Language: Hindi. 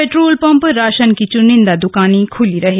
पेटोल पंप राशन की चुनिंदा दकानें खुली रहीं